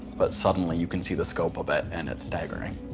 but suddenly you can see the scope of it, and it's staggering.